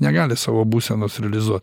negali savo būsenos realizuo